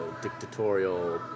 dictatorial